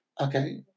okay